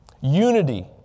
Unity